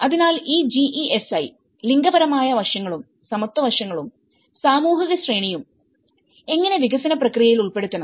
അതിനാൽ ഈ GESI ലിംഗപരമായ വശങ്ങളും സമത്വ വശങ്ങളും സാമൂഹിക ശ്രേണിയും എങ്ങനെ വികസന പ്രക്രിയയിൽ ഉൾപ്പെടുത്തണം